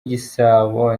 gisabo